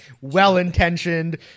well-intentioned